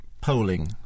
polling